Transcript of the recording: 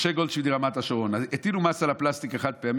משה גולדשמידט מרמת השרון: הטילו מס על הפלסטיק החד-פעמי.